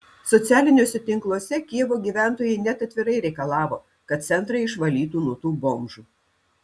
socialiniuose tinkluose kijevo gyventojai net atvirai reikalavo kad centrą išvalytų nuo tų bomžų